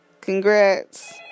congrats